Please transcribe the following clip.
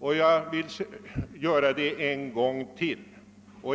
och jag vill göra det en gång till.